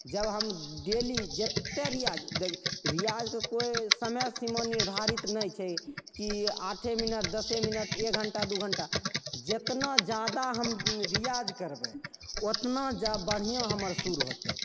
जब हम डेली जतेक रिआज देखिऔ रिआजके कोइ समय सीमा निर्धारित नहि छै कि आठे मिनट दसे मिनट एक घण्टा दुइ घण्टा जतना जादा हम रिआज करबै ओतना जादा बढ़िआँ हमर सुर होतै